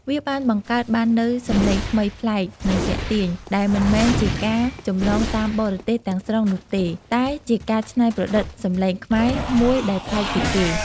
វាបានបង្កើតបាននូវសម្លេងថ្មីប្លែក និងទាក់ទាញ ដែលមិនមែនជាការចម្លងតាមបរទេសទាំងស្រុងនោះទេ តែជាការច្នៃប្រឌិតសម្លេង ខ្មែរ មួយដែលប្លែកពីគេ។